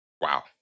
Wow